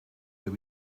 that